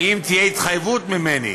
תהיה התחייבות ממני